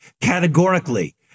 categorically